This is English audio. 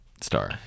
star